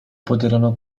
poterono